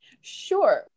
Sure